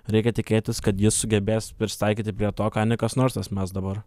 reikia tikėtis kad jis sugebės prisitaikyti prie to ką nikas narsas mes dabar